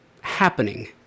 happening